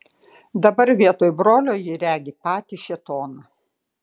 dabar vietoj brolio ji regi patį šėtoną